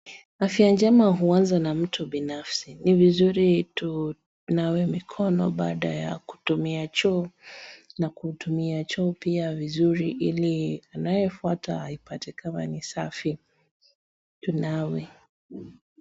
Afya jema huanza na mtu binafsi. Ni vizuri tunawe mikono baada ya na kutumia choo pia vizuri ili anayefuata aipate kama ni safi. Tunawe.